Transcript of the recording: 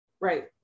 Right